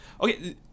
Okay